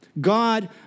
God